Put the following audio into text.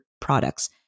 products